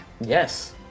Yes